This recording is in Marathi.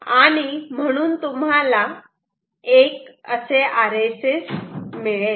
आणि म्हणून तुम्हाला एक असे RSS मिळेल